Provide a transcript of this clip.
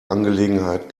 angelegenheit